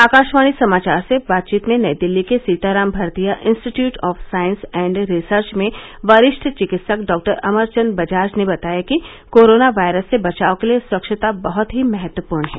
आकाशवाणी समाचार से बातचीत में नई दिल्ली के Sitaram Bhartia institute of science and research में वरिष्ठ चिकित्सक डॉ अमरचंद बजाज ने बताया कि कोरोना वायरस से बचाव के लिए स्वच्छता बहत ही महत्वपूर्ण है